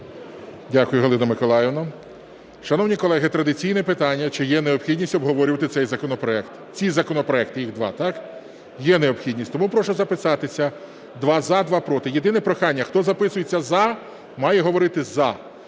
Дякую, Галино Миколаївно. Шановні колеги, традиційне питання, чи є необхідність обговорювати цей законопроект, ці законопроекти, їх два, так? Є необхідність. Тому прошу записатися: два – за, два – проти. Єдине прохання: хто записується "за", має говорити "за",